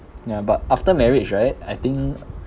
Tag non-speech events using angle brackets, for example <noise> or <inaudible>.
<noise> ya but after marriage right I think <noise>